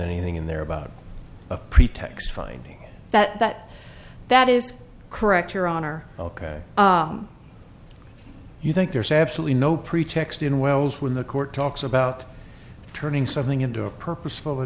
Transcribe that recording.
anything in there about a pretext finding that that is correct your honor ok you think there's absolutely no pretext in wells when the court talks about turning something into a purposeful